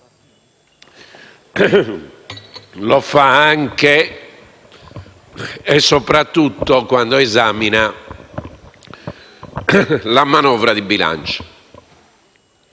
lo fa anche e soprattutto quando esamina la manovra di bilancio.